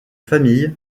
famille